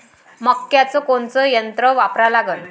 मक्याचं कोनचं यंत्र वापरा लागन?